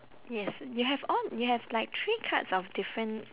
yes you have all you have like three cards of different